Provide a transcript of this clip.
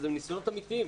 ואלה ניסיונות אמיתיים,